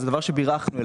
אלא דבר שבירכנו עליו.